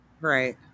Right